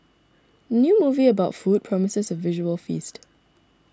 new movie about food promises a visual feast